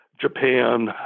Japan